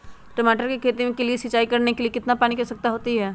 टमाटर की खेती के लिए सिंचाई करने के लिए कितने पानी की आवश्यकता होती है?